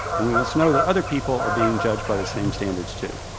and we must know that other people are being judged by the same standards too.